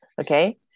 Okay